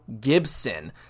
Gibson